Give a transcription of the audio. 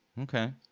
Okay